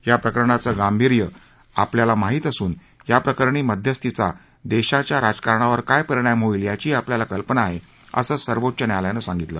या प्रकरणाचं गांभीर्य आपल्याला माहित असून याप्रकरणी मध्यस्थीचा देशाच्या राजकारणावर काय परिणाम होईल याचीही आपल्याला कल्पना आहे असं सर्वोच्च न्यायालयानं सांगितलं